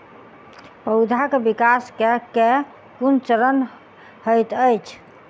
पौधाक विकास केँ केँ कुन चरण हएत अछि?